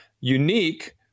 unique